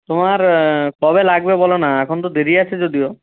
তোমার কবে লাগবে বলো না এখন তো দেরি আছে যদিও